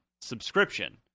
subscription